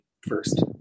first